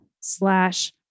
slash